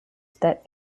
that